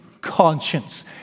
conscience